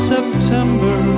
September